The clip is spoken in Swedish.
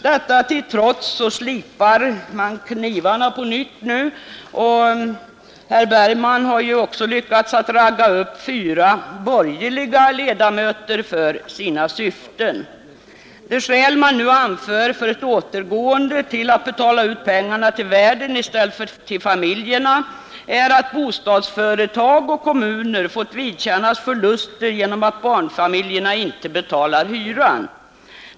Detta till trots slipar man knivarna på nytt, och herr Bergman har ju också lyckats ragga upp fyra borgerliga ledamöter för sina syften. De skäl man nu anför för ett återgående till att betala ut pengarna till värden i stället för till familjerna är att bostadsföretag och kommuner får vidkännas förluster genom att barnfamiljerna inte betalar hyran.